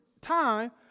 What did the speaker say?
time